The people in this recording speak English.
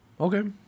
Okay